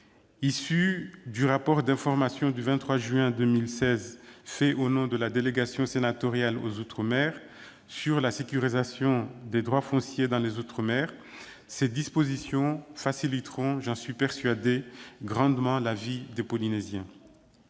Issues du rapport d'information du 23 juin 2016, fait au nom de la délégation sénatoriale aux outre-mer, sur la sécurisation des droits fonciers dans les outre-mer, elles faciliteront grandement, j'en suis persuadé, la vie des Polynésiens.